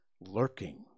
lurking